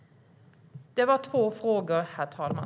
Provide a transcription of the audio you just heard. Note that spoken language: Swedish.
Det var två frågor, herr talman.